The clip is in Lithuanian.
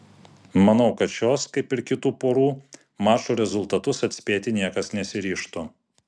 manau kad šios kaip ir kitų porų mačų rezultatus atspėti niekas nesiryžtų